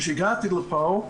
כשהגעתי לפה,